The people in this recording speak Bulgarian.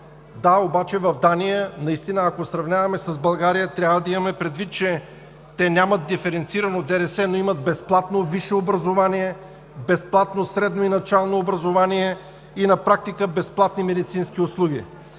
Да, обаче в Дания наистина, ако сравняваме с България, трябва да имаме предвид, че те нямат диференциран ДДС, но имат безплатно висше образование, безплатно средно и начално образование и на практика безплатни медицински услуги.